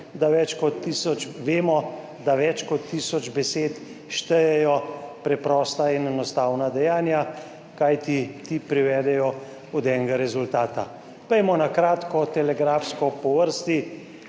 da več kot tisoč besed štejejo preprosta in enostavna dejanja, kajti ti privedejo od enega rezultata. Pojdimo na kratko, telegrafsko po vrsti.